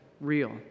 real